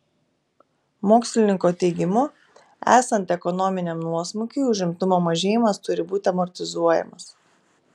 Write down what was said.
mokslininko teigimu esant ekonominiam nuosmukiui užimtumo mažėjimas turi būti amortizuojamas